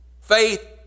Faith